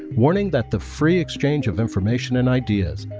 warning that the free exchange of information and ideas,